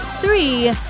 Three